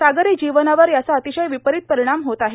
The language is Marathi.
सागरी जीवनावर याचा अतिश्वय विपरीत परिणाम होत आहे